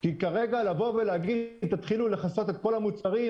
תלכו למקום של רשימה אז שעד היום לא מכר ספרים יניח ספרים וימכור ספרים,